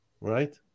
right